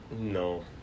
no